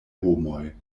homoj